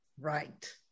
right